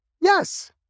Yes